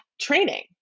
training